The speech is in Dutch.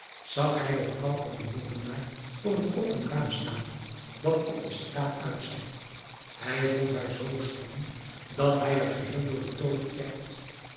zag hij de vrouw van den molenaar voor het open raam staan dat op de straat uitzag hij vond haar zoo schoon dat hij er geheel door betooverd werd